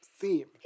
theme